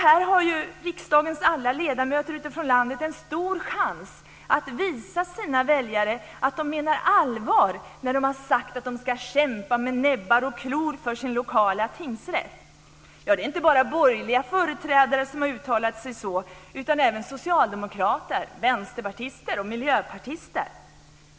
Här har riksdagens alla ledamöter utifrån landet en stor chans att visa sina väljare att de menar allvar när de har sagt att de ska kämpa med näbbar och klor för sin lokala tingsrätt. Ja, det är inte bara borgerliga företrädare som har uttalat sig så utan även socialdemokrater, vänsterpartister och miljöpartister.